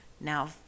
now